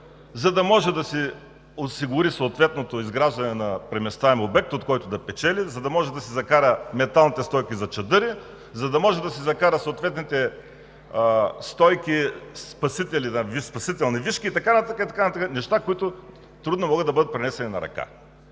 за да може да си осигури съответното изграждане на преместваем обект, от който да печели, за да може да си закара металните стойки за чадъри, за да може да си закара съответните спасителни вишки и така нататък, неща които трудно могат да бъдат пренесени на ръка.